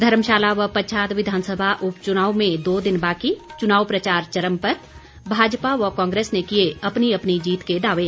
धर्मशाला व पच्छाद विधानसभा उपच्नाव में दो दिन बाकी च्नाव प्रचार चरम पर भाजपा व कांग्रेस ने किए अपनी अपनी जीत के दावे